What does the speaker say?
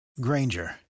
Granger